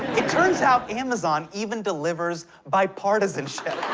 it turns out amazon even delivers bipartisanship.